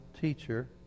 teacher